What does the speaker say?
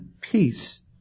peace